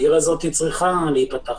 העיר הזאת צריכה להיפתח.